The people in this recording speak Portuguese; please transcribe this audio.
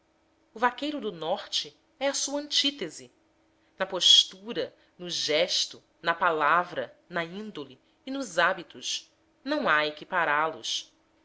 o vaqueiro do norte é a sua antítese na postura no gesto na palavra na índole e nos hábitos não há equiparálo